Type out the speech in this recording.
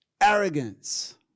arrogance